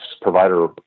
provider